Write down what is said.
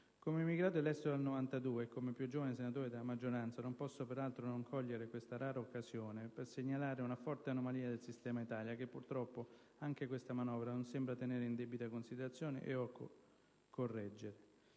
Come emigrato all'estero (dal 1992) e come più giovane senatore della maggioranza, non posso peraltro non cogliere questa rara occasione per segnalare una forte anomalia del sistema Italia, che purtroppo anche questa manovra non sembra tenere in debita considerazione e/o correggere.